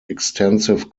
extensive